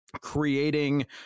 creating